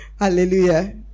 Hallelujah